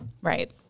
Right